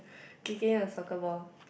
kicking ah soccer ball